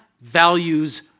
values